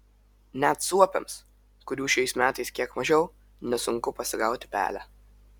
net suopiams kurių šiais metais kiek mažiau nesunku pasigauti pelę